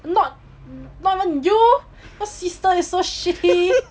not not even you cause sister is so shitty